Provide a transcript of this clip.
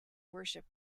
worship